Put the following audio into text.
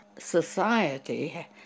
society